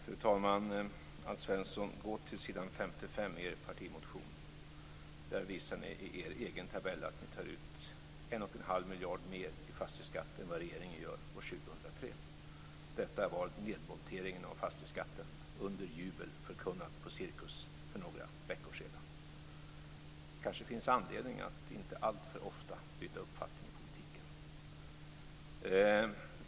Fru talman! Gå till s. 55 i er partimotion, Alf Svensson! Där visar ni i er egen tabell att ni tar ut 11⁄2 miljard mer i fastighetsskatt än vad regeringen gör år 2003. Detta var nedmonteringen av fastighetsskatten, under jubel förkunnad på Cirkus för några veckor sedan. Det kanske finns anledning att inte alltför ofta byta uppfattning i politiken.